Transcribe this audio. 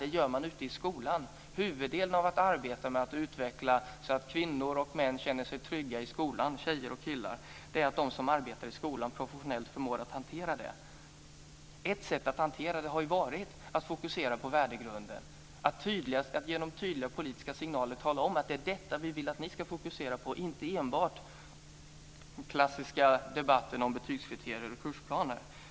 Det gör man i skolan. Huvuddelen av arbetet med att utveckla så att kvinnor och män, tjejer och killar känner sig trygga i skolan är att de som arbetar i skolan förmår att hantera det professionellt. Ett sätt att hantera det har varit att fokusera på värdegrunden, och genom tydliga politiska signaler tala om att det är detta vi vill att ni ska fokusera på, inte enbart den klassiska debatten om betygskriterier och kursplaner.